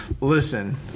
listen